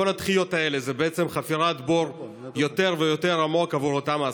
כל הדחיות האלה זה בעצם חפירת בור יותר ויותר עמוק עבור אותם העסקים.